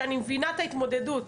שאני מבינה את ההתמודדות,